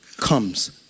Comes